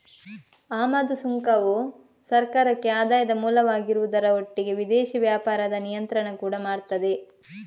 ಆಮದು ಸುಂಕವು ಸರ್ಕಾರಕ್ಕೆ ಆದಾಯದ ಮೂಲವಾಗಿರುವುದರ ಒಟ್ಟಿಗೆ ವಿದೇಶಿ ವ್ಯಾಪಾರದ ನಿಯಂತ್ರಣ ಕೂಡಾ ಮಾಡ್ತದೆ